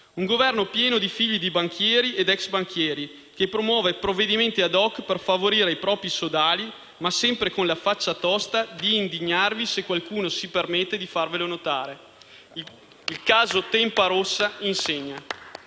un Governo pieno di figli di banchieri ed ex banchieri, che promuove provvedimenti *ad hoc* per favorire i propri sodali, ma sempre con la faccia tosta di indignarvi se qualcuno si permette di farvelo notare. Il caso Tempa Rossa insegna.